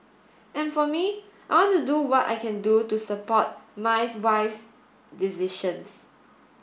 and for me I want to do what I can do do support my wife's decisions